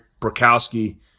Brokowski